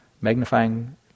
magnifying